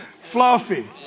Fluffy